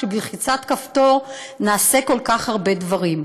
שבלחיצת כפתור נעשה כל כך הרבה דברים.